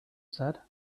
said